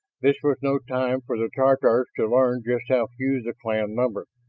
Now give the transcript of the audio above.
this was no time for the tatars to learn just how few the clan numbered.